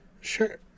sure